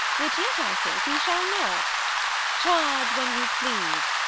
which yet i think we shall not charge when you please,